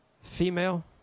female